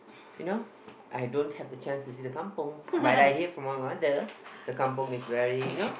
you know I don't have chance to see the kampung but I hear from my mother the kampung is very you know